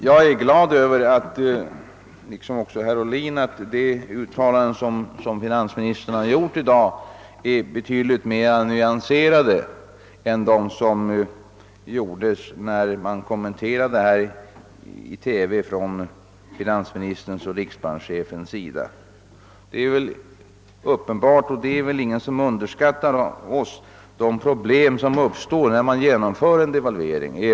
Jag är liksom herr Ohlin glad över att finansministerns uttalanden i dag är betydligt mer nyanserade än de som gjordes i hans och riksbankschefens kommentarer i TV. Ingen av oss underskattar de problem som uppstår när man genomför en devalvering.